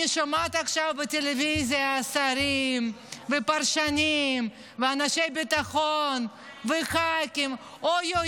אני שומעת עכשיו בטלוויזיה שרים ופרשנים ואנשי ביטחון וח"כים: אוי,